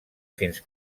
fins